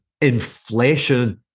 inflation